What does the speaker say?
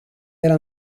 era